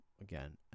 again